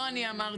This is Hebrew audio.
לא אני אמרתי.